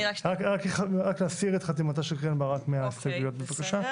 רק להסיר את חתימתה של קרן ברק מההסתייגויות בבקשה.